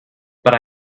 but